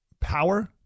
power